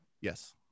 Yes